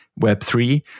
Web3